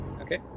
okay